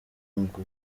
ngo